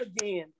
again